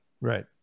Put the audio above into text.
Right